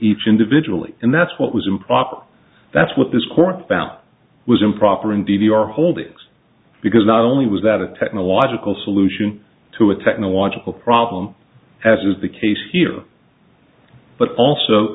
each individually and that's what was improper that's what this court found was improper in d v r holdings because not only was that a technological solution to a technological problem as was the case here but also